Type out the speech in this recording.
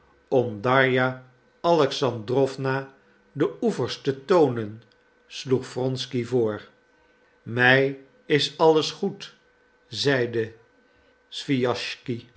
om darja alexandrowna de oevers te toonen sloeg wronsky voor mijn is alles goed zeide swijaschsky